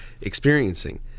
experiencing